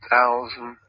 Thousand